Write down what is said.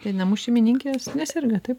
tai namų šeimininkės neserga taip